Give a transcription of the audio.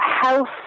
health